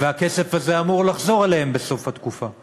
ואמור לחזור אליהם בסוף התקופה.